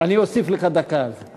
אוסיף לך דקה על זה.